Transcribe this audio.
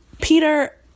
Peter